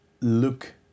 look